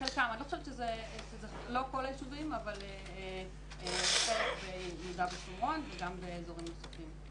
לא כל היישובים אבל יהודה ושומרון וגם באזורים נוספים.